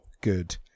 good